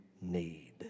need